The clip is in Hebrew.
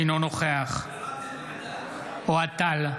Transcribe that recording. אינו נוכח אוהד טל,